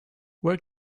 where